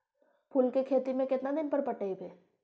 फूल के खेती में केतना दिन पर पटइबै?